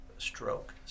stroke